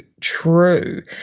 true